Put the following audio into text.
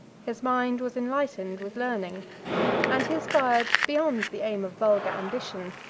his mind was enlightened with learning and he aspired, beyond the aim of vulgar ambition,